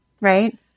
right